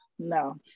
no